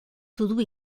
tudo